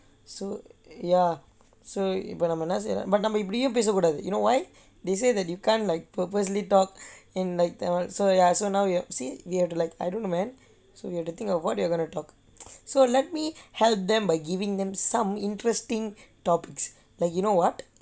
so ya so இப்பே நம்ம என்ன செய்ய:ippae namma enna seiya but நம்ம இப்படியும் பேசக்கூடாது:ippadiyum namma pesakkudaathu you know why they say that you can't like purposely talk in like tamil so like ya so like we have to like I don't know man so you have to think about what you're going to talk so let me help them by giving them some interesting topics like you know [what]